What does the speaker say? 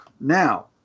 Now